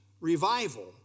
revival